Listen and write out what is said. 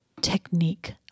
technique